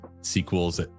sequels